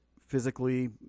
Physically